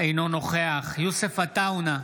אינו נוכח יוסף עטאונה,